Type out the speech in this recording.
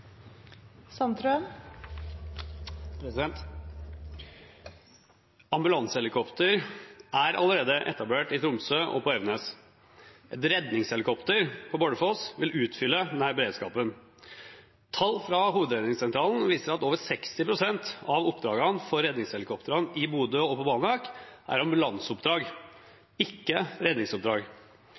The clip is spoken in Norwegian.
på Evenes. Et redningshelikopter på Bardufoss vil utfylle denne beredskapen. Tall fra Hovedredningssentralen viser at over 60 pst. av oppdragene til redningshelikoptrene i Bodø og på Banak er ambulanseoppdrag, ikke redningsoppdrag.